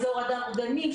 אזור הדר גנים,